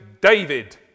David